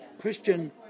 Christian